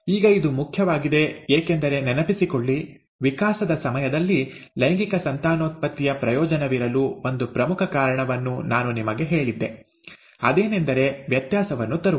ಈಗ ಇದು ಮುಖ್ಯವಾಗಿದೆ ಏಕೆಂದರೆ ನೆನಪಿಸಿಕೊಳ್ಳಿ ವಿಕಾಸದ ಸಮಯದಲ್ಲಿ ಲೈಂಗಿಕ ಸಂತಾನೋತ್ಪತ್ತಿಯ ಪ್ರಯೋಜನವಿರಲು ಒಂದು ಪ್ರಮುಖ ಕಾರಣವನ್ನು ನಾನು ನಿಮಗೆ ಹೇಳಿದ್ದೆ ಅದೇನೆಂದರೆ ವ್ಯತ್ಯಾಸವನ್ನು ತರುವುದು